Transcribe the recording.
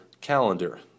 calendar